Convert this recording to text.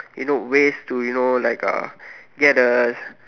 you know ways to you know like uh get a